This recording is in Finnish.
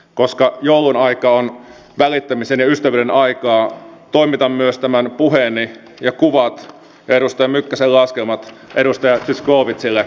koska joulunaika on välittämisen ja ystävyyden aikaa toimitan myös tämän puheeni ja kuvat ja edustaja mykkäsen laskelmat edustaja zyskowiczille